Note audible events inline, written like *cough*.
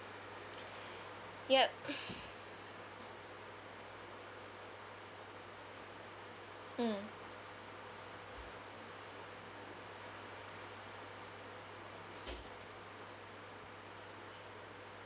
yup *breath* mm